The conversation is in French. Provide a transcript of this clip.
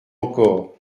encore